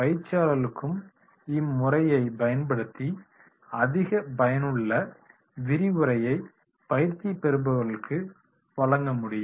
பயிற்சியாளர்களும் இம்முறையை பயன்படுத்தி அதிக பயனுள்ள விரிவுரையை பயிற்சி பெறுபவர்களுக்கு வழங்க முடியும்